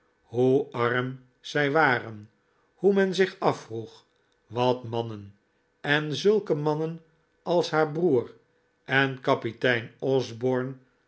hoe arm zij waren hoe men zich afvroeg wat mannen en zulke mannen als haar broer en kapitein osborne